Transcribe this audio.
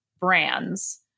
brands